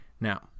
Now